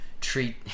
treat